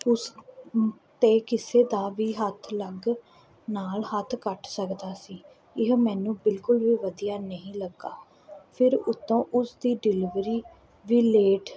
ਉਸ 'ਤੇ ਕਿਸੇ ਦਾ ਵੀ ਹੱਥ ਲੱਗਣ ਨਾਲ ਹੱਥ ਕੱਟ ਸਕਦਾ ਸੀ ਇਹ ਮੈਨੂੰ ਬਿਲਕੁਲ ਵੀ ਵਧੀਆ ਨਹੀਂ ਲੱਗਿਆ ਫਿਰ ਉੱਤੋਂ ਉਸਦੀ ਡਿਲੀਵਰੀ ਵੀ ਲੇਟ